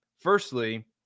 Firstly